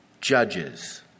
judges